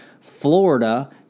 Florida